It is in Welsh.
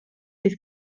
dydd